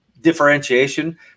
differentiation